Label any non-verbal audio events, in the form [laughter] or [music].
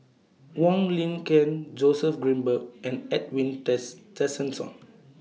Wong Lin Ken Joseph Grimberg and Edwin [unintelligible] Tessensohn